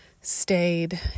stayed